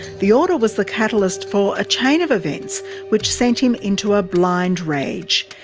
the order was the catalyst for a chain of events which sent him into a blind rage.